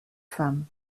femme